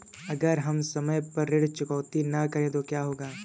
अगर हम समय पर ऋण चुकौती न करें तो क्या होगा?